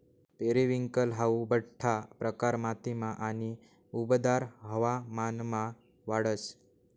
periwinkle हाऊ बठ्ठा प्रकार मातीमा आणि उबदार हवामानमा वाढस